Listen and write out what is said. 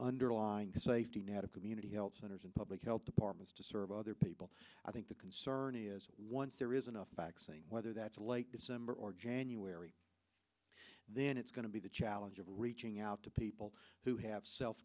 underlying safety net of community health centers and public health departments to serve other people i think the concern is once there is enough back say whether that's like december or january then it's going to be the challenge of reaching out to people who have self